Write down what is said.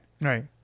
Right